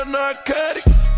narcotics